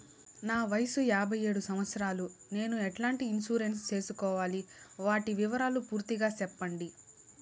నా వయస్సు యాభై ఏడు సంవత్సరాలు నేను ఎట్లాంటి ఇన్సూరెన్సు సేసుకోవాలి? వాటి వివరాలు పూర్తి గా సెప్పండి?